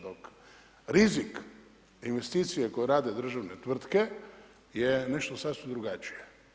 Dok rizik investicije koje rade državne tvrtke je nešto sasvim drugačije.